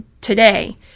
today